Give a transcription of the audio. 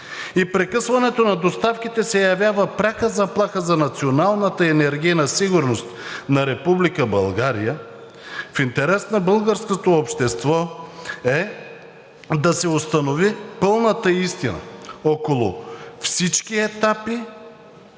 и прекъсването на доставките се явява пряка заплаха за националната енергийна сигурност на Република България, в интерес на българското общество е да се установи пълната истина около всички етапи